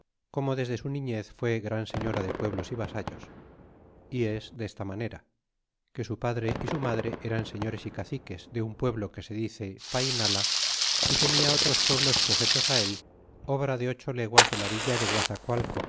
como desde su niñez fue gran señora de pueblos y vasallos y es desta manera que su padre y su madre eran señores y caciques de un pueblo que se dice painala y tenia otros pueblos sujetos él obra de ocho leguas de la villa de